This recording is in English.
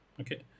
okay